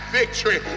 victory